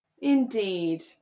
Indeed